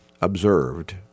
observed